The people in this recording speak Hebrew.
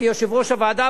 כיושב-ראש הוועדה,